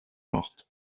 mortes